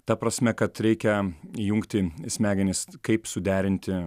ta prasme kad reikia įjungti smegenis kaip suderinti